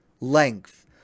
length